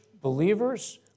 believers